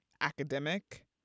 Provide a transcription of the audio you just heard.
academic